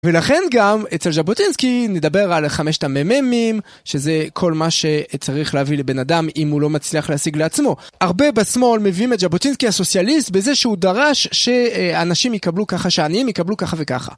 ולכן גם אצל ז'בוטינסקי נדבר על חמשת הממים, שזה כל מה שצריך להביא לבן אדם אם הוא לא מצליח להשיג לעצמו. הרבה בשמאל מביאים את ז'בוטינסקי הסוציאליסט בזה שהוא דרש שאנשים יקבלו ככה, שעניים יקבלו ככה וככה.